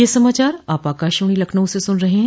ब्रे क यह समाचार आप आकाशवाणी लखनऊ से सुन रहे हैं